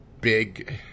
big